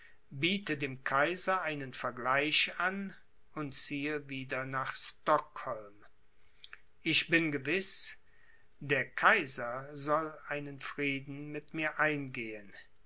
biete dem kaiser einen vergleich an und ziehe wieder nach stockholm ich bin gewiß der kaiser soll einen frieden mit mir eingehen